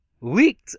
leaked